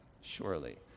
surely